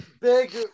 Big